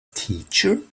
teacher